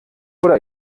oder